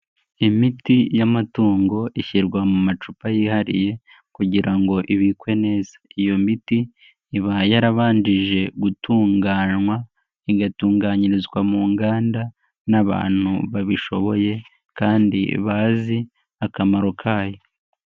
Imiti y'amatungo ishyirwa mu macupa yihariye kugira ngo ibikwe neza. Iyo miti iba yarabanjije gutunganywa, igatunganyirizwa mu nganda n'abantu babishoboye kandi bazi akamaro kayo.